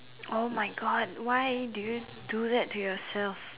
!oh-my-God! why do you do that to yourself